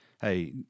hey